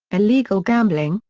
illegal gambling,